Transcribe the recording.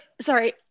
sorry